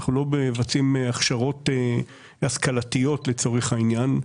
אנחנו לא מבצעים הכשרות השכלתיות לצורך העניין,